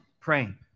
Praying